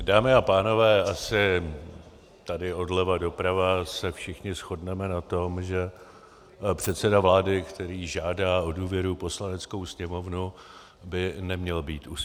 Dámy a pánové, asi tady odleva doprava se všichni shodneme na tom, že předseda vlády, který žádá o důvěru Poslaneckou sněmovnu, by neměl být usvědčený lhář.